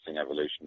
evolution